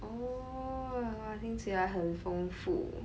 oh !wah! 听起来很丰富